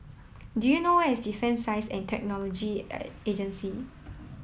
do you know where is Defence Science and Technology Agency